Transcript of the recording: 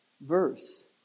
verse